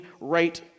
right